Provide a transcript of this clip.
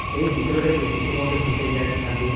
ସେହି ଚିତ୍ର ଦେଖି ଶିକ୍ଷକ ମଧ୍ୟ ଖୁସି ହୋଇଯାଇଥାନ୍ତି